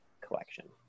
collection